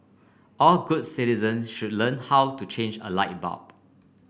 all good citizens should learn how to change a light bulb